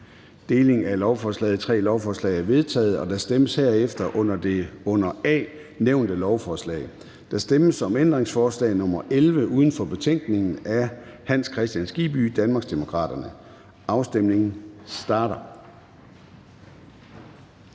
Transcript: Delingen af lovforslaget i tre lovforslag er vedtaget. Der stemmes herefter om det under A nævnte lovforslag: Der stemmes om ændringsforslag nr. 11 uden for betænkningen af Hans Kristian Skibby, Danmarksdemokraterne. Afstemningen starter.